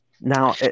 Now